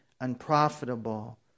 unprofitable